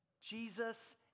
Jesus